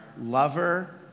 lover